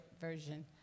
version